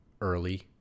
early